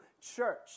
church